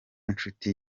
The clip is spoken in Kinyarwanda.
nshuti